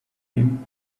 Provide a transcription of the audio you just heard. him